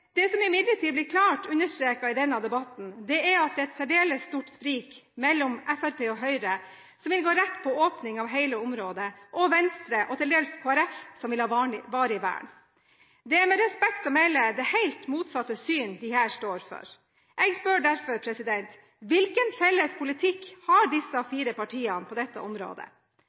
Det som imidlertid blir klart understreket i denne debatten, er at det er et særdeles stort sprik mellom Fremskrittspartiet og Høyre – som vil gå rett på åpning av hele området – og Venstre og til dels Kristelig Folkeparti, som vil ha varig vern. Det er med respekt å melde helt motsatt syn disse står for. Jeg spør derfor: Hvilken felles politikk har disse fire partiene på dette området?